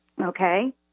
okay